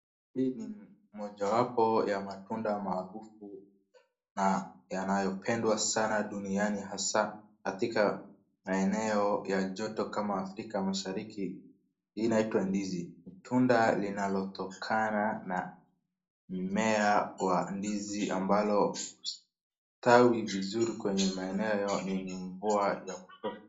Hii ni mojawapo ya matunda maarufu na yanayopendwa sana duniani hasa katika maeneo ya joto kama Afrika Mashariki. Hii inaitwa ndizi, tunda linalotokana na mmea wa ndizi ambayo hustawi vizuri kwenye maendeo yenye mvua ya kutosha.